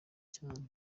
cyane